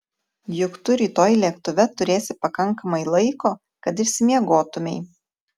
juk tu rytoj lėktuve turėsi pakankamai laiko kad išsimiegotumei